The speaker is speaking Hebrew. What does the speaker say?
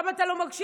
למה אתה לא מקשיב?